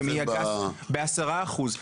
ומעי הגז ב- 10%,